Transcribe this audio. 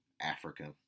Africa